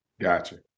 Gotcha